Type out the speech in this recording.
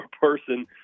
person